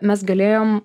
mes galėjom